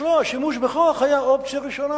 אצלו השימוש בכוח היה אופציה ראשונה,